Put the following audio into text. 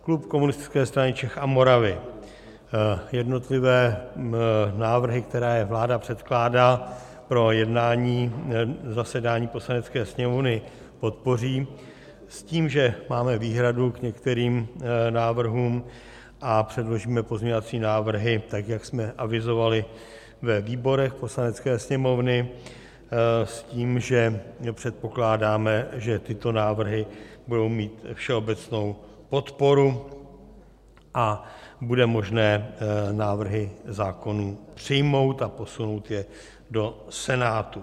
Klub Komunistické strany Čech a Moravy jednotlivé návrhy, které vláda předkládá pro jednání zasedání Poslanecké sněmovny, podpoří s tím, že máme výhradu k některým návrhům a předložíme pozměňovací návrhy, jak jsme avizovali ve výborech Poslanecké sněmovny, s tím, že předpokládáme, že tyto návrhy budou mít všeobecnou podporu a bude možné návrhy zákonů přijmout a posunout je do Senátu.